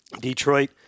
Detroit